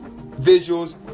visuals